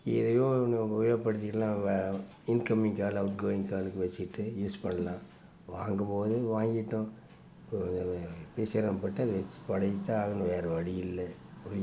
எதையோ ஒன்று உபயோகப்படுத்திக்கலாம் வ இன்கமிங் கால் அவுட்கோயிங் காலுக்கு வச்சிட்டு யூஸ் பண்ணலாம் வாங்கும் போது வாங்கிவிட்டோம் இப்போ அதை வச்சு பழகிதான் ஆகணும் வேறே வழி இல்லை